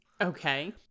Okay